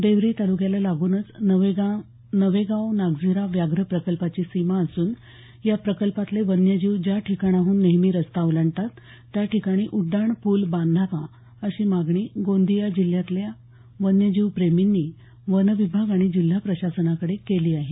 देवरी तालुक्याला लागूनच नवेगाव नागझिरा व्याघ्र प्रकल्पाची सीमा असून या प्रकल्पातले वन्यजीव ज्या ठिकाणाहून नेहमी रस्ता ओलांडतात त्या ठिकाणी उड्डाण पूल बांधावा अशी मागणी गोंदीया जिल्ह्यातील वन्यजीव प्रेमींनी वन विभाग आणि जिल्हा प्रशासनाकडे केली आहे